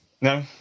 No